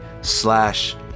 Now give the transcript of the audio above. slash